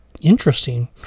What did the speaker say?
interesting